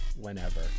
whenever